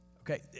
Okay